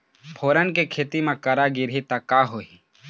फोरन के खेती म करा गिरही त का होही?